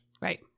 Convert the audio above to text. Right